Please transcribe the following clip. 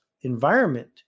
environment